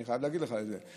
אני חייב להגיד לך את זה.